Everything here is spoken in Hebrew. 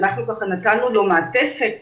שאנחנו נתנו לו מעטפת